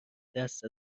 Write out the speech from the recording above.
دست